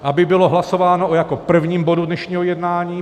Aby bylo hlasováno jako o prvním bodu dnešního jednání.